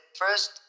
first